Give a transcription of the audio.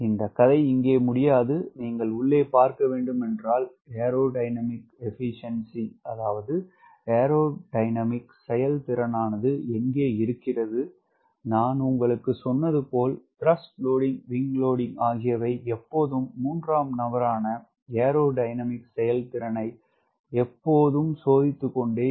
இந்த கதை இங்கே முடியாது நீங்கள் உள்ளே பார்க்க வேண்டும் என்றால் ஏரோடையனாமிக் செயல்திறனானது எங்கே இருக்கிறது நான் உங்களுக்கு சொன்னது போல் TWWS ஆகியவை எப்போதும் மூன்றாம் நண்பரான ஏரோடையனாமிக் செயல்திறனை எப்போது சோதித்து கொண்டே இருக்கும்